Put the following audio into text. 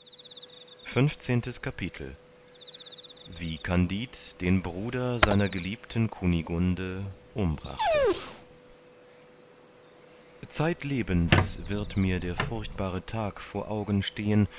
funfzehntes kapitel wie kandid den bruder seiner geliebten kunigunde umbrachte zeitlebens wird mir der furchtbare tag vor augen stehen